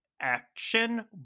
action